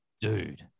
Dude